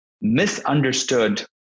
misunderstood